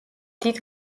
დიდ